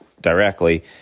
directly